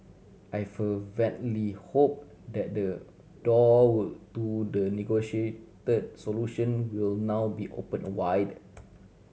I fervently hope that the door to the negotiate solution will now be opened a wide